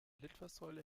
litfaßsäule